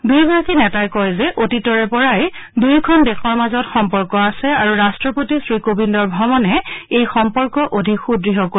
দুয়োগৰাকী নেতাই কয় যে অতীতৰে পৰাই উভয় দেশৰ মাজত সম্পৰ্ক আছে আৰু ৰাট্টপতি শ্ৰীকোবিন্দৰ ভ্ৰমণে এই সম্পৰ্ক অধিক সূদ্য় কৰিব